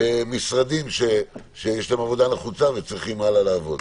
המשרדים שיש בהם עבודה נחוצה וצריכים הלאה לעבוד.